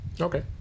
okay